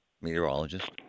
meteorologist